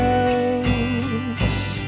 else